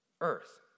earth